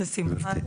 בשמחה.